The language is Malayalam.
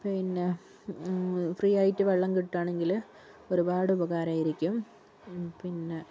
പിന്നെ ഫ്രീ ആയിട്ട് വെള്ളം കിട്ടുകയാണെങ്കില് ഒരുപാട് ഉപകാരമായിരിക്കും പിന്നെ